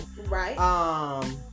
Right